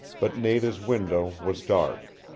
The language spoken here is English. but nada's window was dark.